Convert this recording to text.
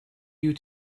you